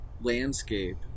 landscape